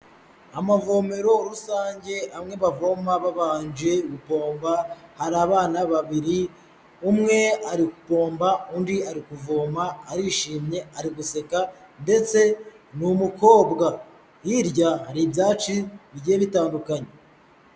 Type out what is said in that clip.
Amavomero rusange amwe bavoma babanje gupompa, hari abana babiri, umwe ari gupompa, undi ari kuvoma arishimye ari guseka ndetse ni umukobwa, hirya ibyaci bigiye bitandukanye.